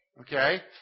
Okay